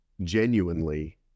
genuinely